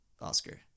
Oscar